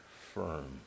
firm